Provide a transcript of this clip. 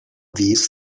these